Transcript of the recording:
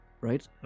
right